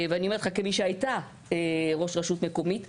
ואני אומרת לך את זה כמי שהייתה ראש רשות מקומית,